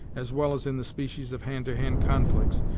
as well as in the species of hand-to-hand conflicts,